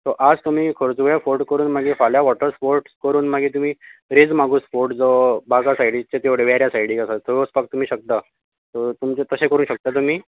so आज तुमी खोर्जुव्यां फोर्ट करून मागीर फाल्यां वोटर स्पोर्टस करून मागीर रेईस मागूश फोर्ट जो बागा सायडीक च्या तेवडेक वेऱ्यां सायडीक आसा तो तुमी करूं शकता सो तुमचे तशें करूंक शकता तुमी